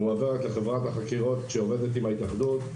מועברת לחברת החקירות שעובדת עם ההתאחדות,